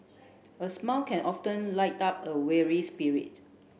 a smile can often up a weary spirit